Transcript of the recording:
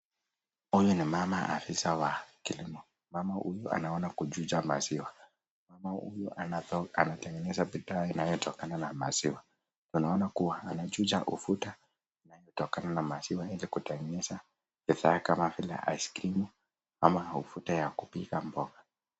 Huyu ni mama afisa wa kilimo. Mama huyu anaunda kuuza maziwa. Mama huyu anatengeneza bidhaa inayotokana na maziwa. Tunaona kuwa anaunda ufuta unaotokana na maziwa ili kutengeneza bidhaa kama vile aiskrimu ama ufuta wa kupika mboga.